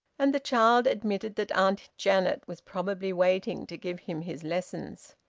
and the child admitted that aunt janet was probably waiting to give him his lessons.